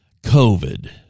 COVID